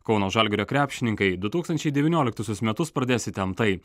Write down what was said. kauno žalgirio krepšininkai du tūkstančiai devynioliktuosius metus pradės įtemptai